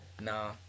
Nah